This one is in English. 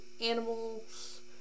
animals